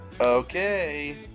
Okay